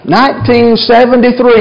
1973